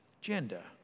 gender